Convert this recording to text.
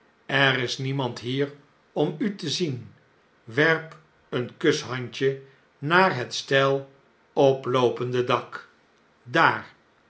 er is niemand hier om u te zien werp een kushandje naar het steil oploopende dak daar